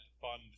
fund